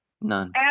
None